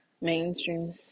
mainstream